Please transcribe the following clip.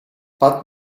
but